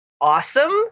awesome